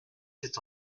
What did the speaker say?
c’est